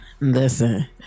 Listen